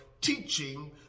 teaching